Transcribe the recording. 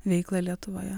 veiklą lietuvoje